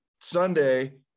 Sunday